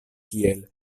kiel